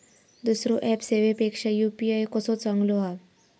दुसरो ऍप सेवेपेक्षा यू.पी.आय कसो चांगलो हा?